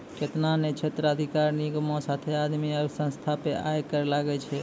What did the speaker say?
केतना ने क्षेत्राधिकार निगमो साथे आदमी आरु संस्था पे आय कर लागै छै